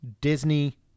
Disney